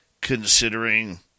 considering